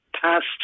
past